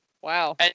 Wow